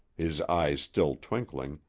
his eyes still twinkling,